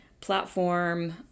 platform